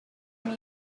from